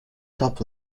top